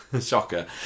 shocker